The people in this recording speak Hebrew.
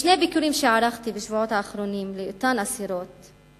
בשני ביקורים שערכתי בשבועות האחרונים אצל אותן אסירות,